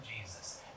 Jesus